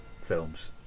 films